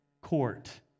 court